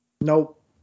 Nope